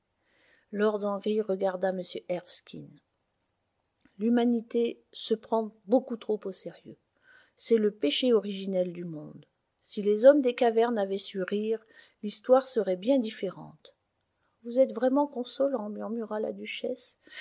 lord henry regarda m erskine l'humanité se prend beaucoup trop au sérieux c'est le péché originel du monde si les hommes des cavernes avaient su rire l'histoire serait bien différente vous êtes vraiment consolant murmura la duchesse